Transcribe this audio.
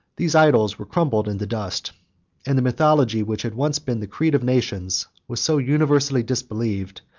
these idols were crumbled into dust and the mythology which had once been the creed of nations, was so universally disbelieved,